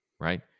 right